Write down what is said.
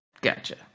Gotcha